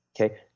Okay